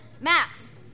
Max